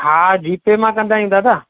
हा जी पे मां कंदा आहियूं दादा